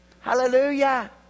Hallelujah